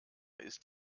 ist